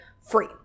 free